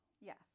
Yes